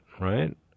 right